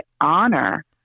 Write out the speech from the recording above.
honor